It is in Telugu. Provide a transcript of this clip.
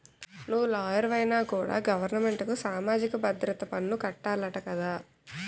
నువ్వు లాయరువైనా కూడా గవరమెంటుకి సామాజిక భద్రత పన్ను కట్టాలట కదా